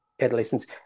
adolescents